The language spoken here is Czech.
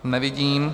Nevidím.